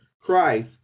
Christ